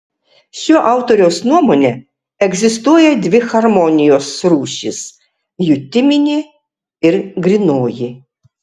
šio autoriaus nuomone egzistuoja dvi harmonijos rūšys jutiminė ir grynoji